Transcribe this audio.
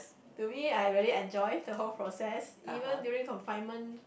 to me I'm really enjoyed the whole process even during confinement